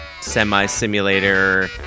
semi-simulator